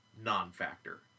non-factor